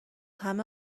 همه